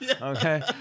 Okay